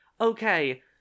Okay